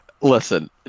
Listen